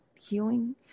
healing